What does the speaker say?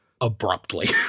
abruptly